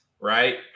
right